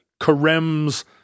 Karem's